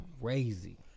crazy